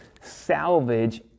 salvage